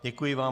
Děkuji vám.